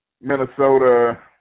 Minnesota